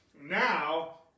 Now